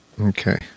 Okay